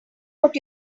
what